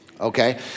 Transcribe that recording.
okay